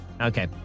okay